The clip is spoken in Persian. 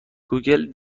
گوگل